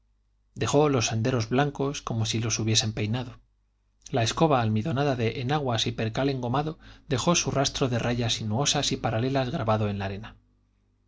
dejó los senderos blancos como si los hubiesen peinado la escoba almidonada de enaguas y percal engomado dejó su rastro de rayas sinuosas y paralelas grabado en la arena